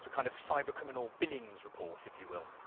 kind of cybercriminal billings report, if you will.